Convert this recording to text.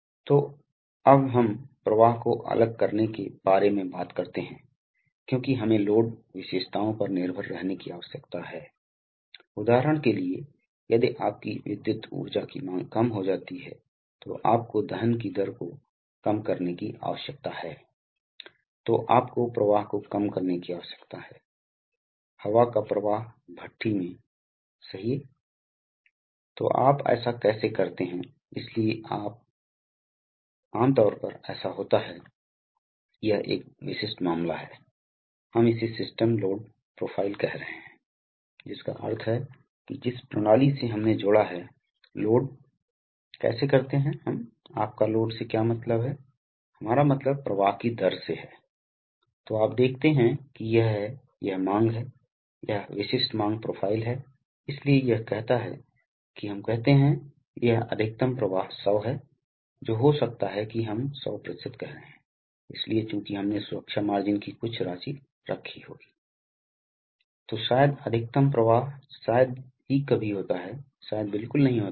तो और फिर सिलेंडर के अंदर दबाव बनेगा और सिलेंडर आगे बढ़ेगा तो ऐसा क्या होता है कि अगर आप सिलेंडर को जल्दी से आगे बढ़ाना चाहते हैं तो आपको बता दें कि दिशा नियंत्रण वाल्व खोलने के संदर्भ में हमें एक नियंत्रण संकेत देना चाहिए तब आप चाहते हैं कि जल्दी से बहुत सारी हवा को आपूर्ति की जा सके जल्दी से सिलेंडर चेंबर को बहुत सारी हवा की आपूर्ति की जा सके जिससे कि जल्दी से दबाव बनता है और सिलेंडर चलना शुरू हो जाता है अब इस पर बहुत अधिक सम्पीड़ित हवा से तेजी से दबाव डाला जाता है मूल समस्या है क्योंकि कंप्रेशर्स ऐसे उपकरण हैं जो कर सकते हैं जो संपीड़ित हवा का एक स्थिर स्रोत बना सकता है लेकिन बहुत कुछ आपको पता है कि कंप्रेसर से ही बड़ी मात्रा में हवा की आपूर्ति नहीं की जा सकती है